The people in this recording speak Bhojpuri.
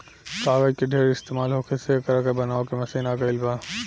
कागज के ढेर इस्तमाल होखे से एकरा के बनावे के मशीन आ गइल बा